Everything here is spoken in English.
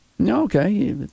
Okay